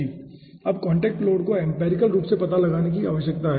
अब contact load को empirical रूप से पता लगाने की आवश्यकता है